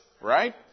right